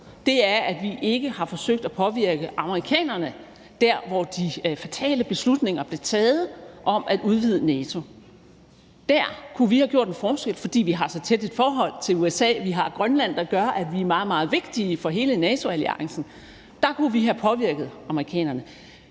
er, at vi ikke har forsøgt at påvirke amerikanerne der, hvor de fatale beslutninger om at udvide NATO blev taget. Der kunne vi have gjort en forskel, fordi vi har så tæt et forhold til USA. Vi har Grønland, der gør, at vi er meget, meget vigtige for hele NATO-alliancen. Der kunne vi have påvirket amerikanerne.